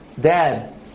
Dad